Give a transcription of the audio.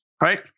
right